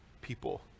people